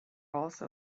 also